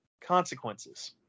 consequences